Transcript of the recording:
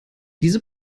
diese